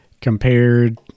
compared